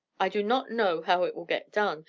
i do not know how it will get done,